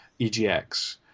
EGX